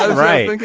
ah right.